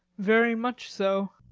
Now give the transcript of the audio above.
very much so.